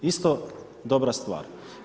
Isto dobra stvar.